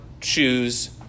choose